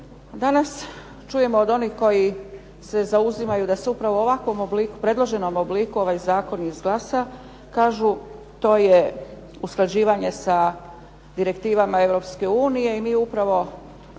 Danas čujemo od onih koji se zauzimaju da se upravo u ovakvom obliku, predloženom obliku ovaj zakon izglasa, kažu to je usklađivanje sa direktivama Europske unije i mi upravo